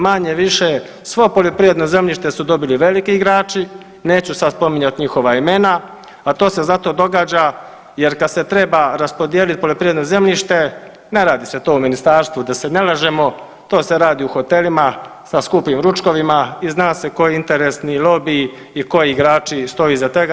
Manje-više svo poljoprivredno zemljište su dobili veliki igrači, neću sad spominjati njihova imena, a to se zato događa jer kad se treba raspodijeliti poljoprivredno zemljište ne radi se to u ministarstvu da se ne lažemo, to se radi u hotelima sa skupim ručkovima i zna se koji interesni lobij i koji igrači stoje iza tega.